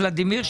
ולדימיר,